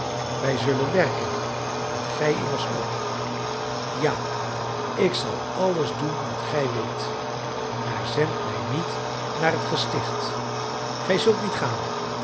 wij zullen werken en gij immers ook ja ik zal alles doen wat gij wilt maar zend mij niet naar het gesticht gij zult niet gaan